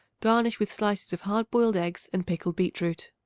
garnish with slices of hard-boiled eggs and pickled beet-root.